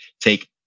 take